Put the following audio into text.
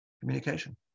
communication